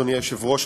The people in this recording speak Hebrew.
אדוני היושב-ראש,